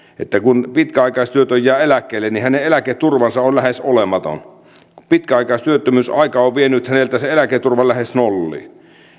että kun pitkäaikaistyötön jää eläkkeelle niin hänen eläketurvansa on lähes olematon kun pitkäaikaistyöttömyysaika on vienyt häneltä sen eläketurvan lähes nolliin